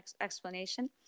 explanation